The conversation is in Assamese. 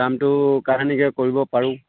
কামটো কাহানিকৈ কৰিব পাৰোঁ